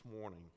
morning